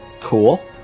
Cool